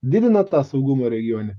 didina tą saugumą regione